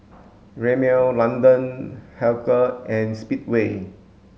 Rimmel London Hilker and Speedway